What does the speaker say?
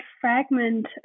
fragment